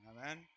Amen